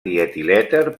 dietilèter